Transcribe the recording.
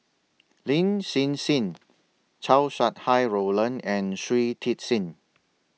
Lin Hsin Hsin Chow Sau Hai Roland and Shui Tit Sing